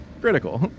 Critical